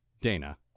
Dana